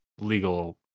legal